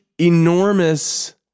enormous